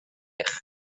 eich